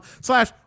slash